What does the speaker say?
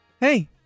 hey